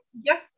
yes